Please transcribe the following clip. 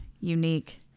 unique